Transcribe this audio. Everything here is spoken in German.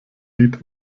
lied